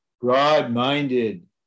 Broad-minded